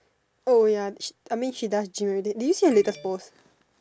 oh ya she I mean she does she really did you see her little post